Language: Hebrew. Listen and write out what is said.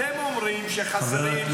אתם אומרים שחסרים.